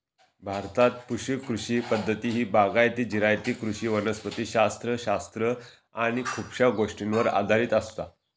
भारतात पुश कृषी पद्धती ही बागायती, जिरायती कृषी वनस्पति शास्त्र शास्त्र आणि खुपशा गोष्टींवर आधारित असता